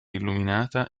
illuminata